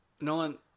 nolan